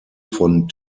von